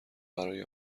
برای